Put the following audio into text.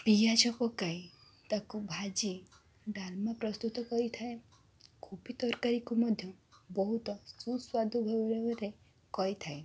ପିଆଜ ପକାଇ ତାକୁ ଭାଜି ଡାଲମା ପ୍ରସ୍ତୁତ କରିଥାଏ କୋବି ତରକାରୀକୁ ମଧ୍ୟ ବହୁତ ସୁସ୍ୱାଦୁ ବହୁଳ ଭାବରେ କରିଥାଏ